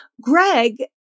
Greg